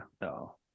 No